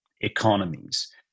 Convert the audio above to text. economies